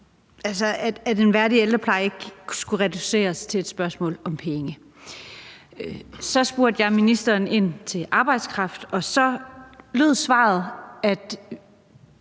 at en værdig ældrepleje ikke skulle reduceres til et spørgsmål om penge. Så spurgte jeg ministeren ind til arbejdskraft, og så lød svaret, at